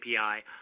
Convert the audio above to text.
API